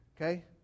okay